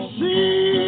see